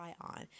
on